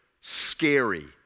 scary